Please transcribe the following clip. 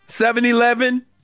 7-Eleven